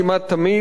כמעט תמיד,